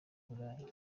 burayi